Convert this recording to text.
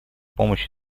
помощь